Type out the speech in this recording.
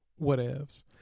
whatevs